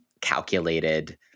calculated